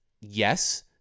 yes